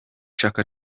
chaka